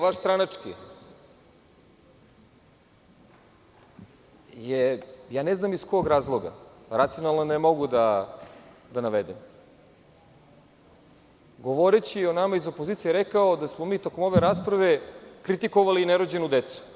Vaš stranački kolega je ne znam iz kog razloga, racionalno ne mogu da navedem, govoreći o nama iz opozicije rekao da smo mi tokom ove rasprave kritikovali nerođenu decu.